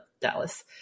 Dallas